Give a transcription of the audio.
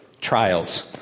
trials